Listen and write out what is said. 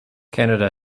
canada